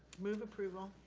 move approval.